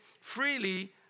freely